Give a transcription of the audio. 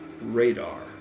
radar